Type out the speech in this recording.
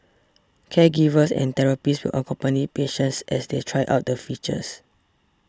caregivers and therapists will accompany patients as they try out the features